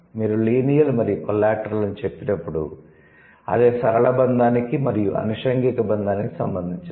మీరు లీనియల్ మరియు కొల్లాటరల్ అని చెప్పినప్పుడు అది సరళ బంధానికి మరియు అనుషంగిక బంధానికి సంబంధించినది